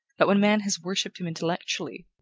but when man has worshipped him intellectually,